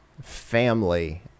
family